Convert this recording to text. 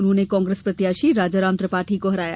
उन्होंने कांग्रेस प्रत्याशी राजाराम त्रिपाठी को हराया